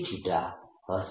Rdθ હશે